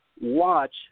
watch